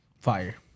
Fire